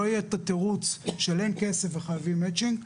לא יהיה את התירוץ של אין כסף וחייבים מצ'ינג.